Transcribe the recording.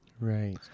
right